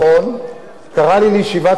קרא לי לישיבת סיעת קדימה,